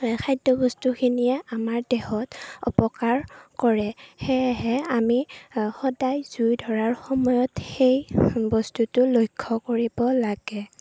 খাদ্যবস্তুখিনিয়ে আমাৰ দেহত অপকাৰ কৰে সেয়েহে আমি সদায় জুই ধৰাৰ সময়ত সেই বস্তুটো লক্ষ্য কৰিব লাগে